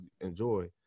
enjoy